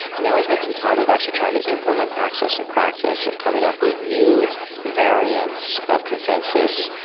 now we've had some time of actually trying to implement paxos in practice of coming up with new variants of consensus,